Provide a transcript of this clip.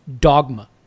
dogma